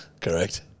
Correct